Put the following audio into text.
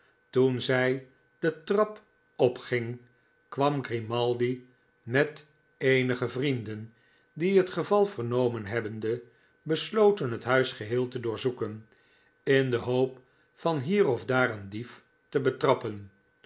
toen zij de trap opging kwam grimaldi met eenige vrienden die het geval vernomen hebbende besloten het huis geheel te doorzoeken in de hoop van hier of daar een dief te betrappen